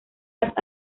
las